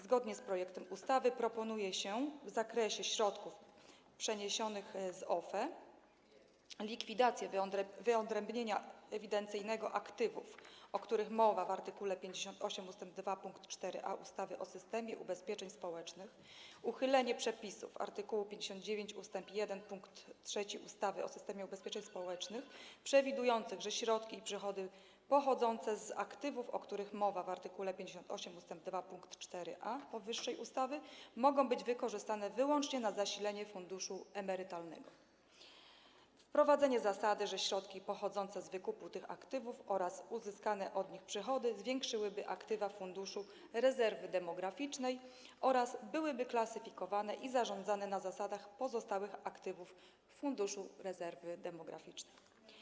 Zgodnie z projektem ustawy proponuje się w zakresie środków przeniesionych z OFE likwidację wyodrębnienia ewidencyjnego aktywów, o których mowa w art. 58 ust. 2 pkt 4a ustawy o systemie ubezpieczeń społecznych, uchylenie przepisów - art. 59 ust. 1 pkt 3 ustawy o systemie ubezpieczeń społecznych - przewidujących, że środki i przychody pochodzące z aktywów, o których mowa w art. 58 ust. 2 pkt 4a powyższej ustawy, mogą być wykorzystane wyłącznie na zasilenie funduszu emerytalnego, wprowadzenie zasady, że środki pochodzące z wykupu tych aktywów oraz uzyskane od nich przychody zwiększyłyby aktywa Funduszu Rezerwy Demograficznej oraz byłyby klasyfikowane i zarządzane na zasadach pozostałych aktywów Funduszu Rezerwy Demograficznej.